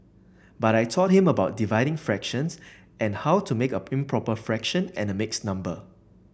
but I taught him about dividing fractions and how to make a improper fraction and mixed number